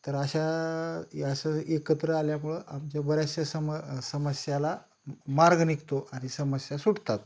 तर अशा असं एकत्र आल्यामुळं आमच्या बऱ्याचशा सम समस्याला मार्ग निघतो आणि समस्या सुटतात